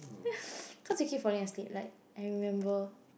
cause he keep falling asleep like I remember